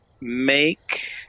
Make